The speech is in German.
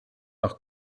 nach